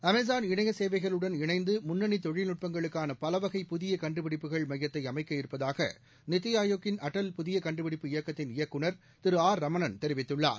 Amazon இணைய சேவைகளுடன் இணைந்து முன்னணி தொழில்நுட்பங்களுக்கான பல வகை புதிய கண்டுபிடிப்புகள் மையத்தை அமைக்க இருப்பதாக நித்தி ஆயோக் யின் அடல் புதிய கண்டுபிடிப்பு இயக்கத்தின் இயக்குநர் திரு ஆர் ரமணன் தெரிவித்துள்ளார்